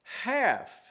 half